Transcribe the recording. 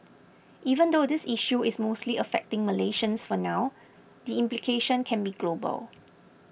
even though this issue is mostly affecting Malaysians for now the implications can be global